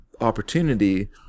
opportunity